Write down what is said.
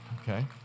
Okay